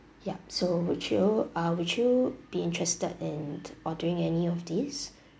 yup so would you uh would you be interested in ordering any of these